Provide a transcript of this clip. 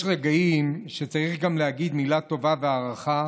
יש רגעים שצריך גם להגיד מילה טובה והערכה